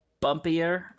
bumpier